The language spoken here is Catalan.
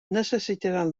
necessitaran